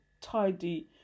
tidy